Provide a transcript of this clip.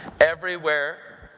everywhere,